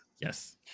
Yes